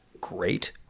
great